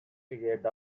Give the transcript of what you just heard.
gate